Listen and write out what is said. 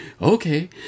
okay